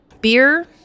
beer